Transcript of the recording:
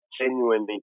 genuinely